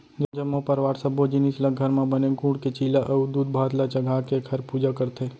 जम्मो परवार सब्बो जिनिस ल घर म बने गूड़ के चीला अउ दूधभात ल चघाके एखर पूजा करथे